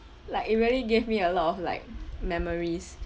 like it really gave me a lot of like memories